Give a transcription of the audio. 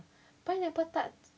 pineapple tart